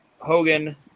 Hogan